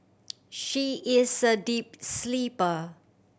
she is a deep sleeper